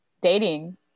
Dating